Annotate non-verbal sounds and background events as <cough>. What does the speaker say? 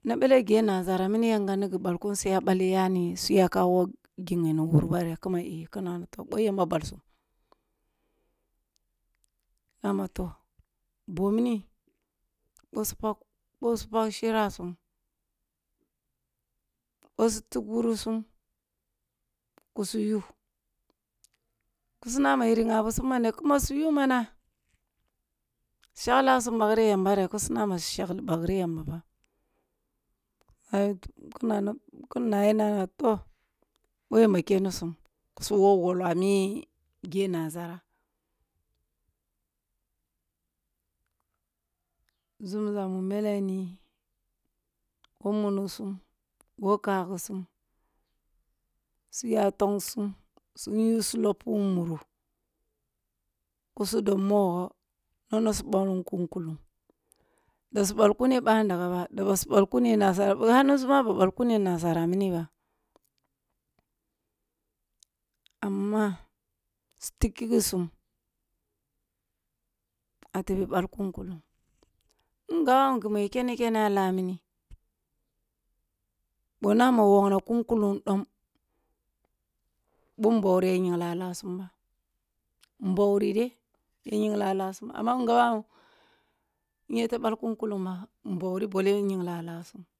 Na bale gi ye nazara mini yankam ni gi balkun su ya bateh yani suya wogh gingo nungu wuro bare ku ma eh kina a boh yamba bolsum, na me toh boh mini boh su tigh wurisum ku su yu, kuma su yu mana shaglasum bagreh yamba reh? Kusi na ma su shalgi bagreh yamba ba <unintelligible> kin ne yam nana toh bot yamba kenisum ku su wolwoloh a migeh nazara, nzumza meleni who munisum, who kagisum su kusu dob mogho nana sub al kun kulluna da sub al kune ba ndaga ba <unintelligible> ba ballcuni ye nazara mini ba, amma tigh kighe sum a tebeh balk un kullung in gabawun gumu ya ken kene a la mini, boh yane ya wogh kun kullum dom bora boh mbauri nyigli a lasum amam in gabawun inye te balk un kullung ba mbawri bele nyigli lasum.